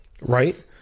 right